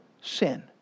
Sin